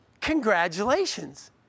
Congratulations